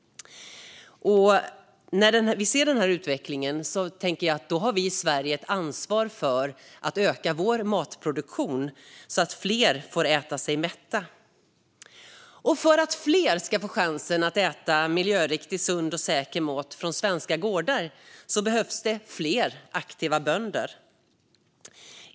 När vi ser den här utvecklingen tänker jag att vi i Sverige har ett ansvar för att öka vår matproduktion, så att fler får äta sig mätta. Och för att fler ska få chansen att äta miljöriktig, sund och säker mat från svenska gårdar behövs det fler aktiva bönder.